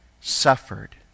suffered